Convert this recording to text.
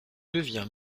devient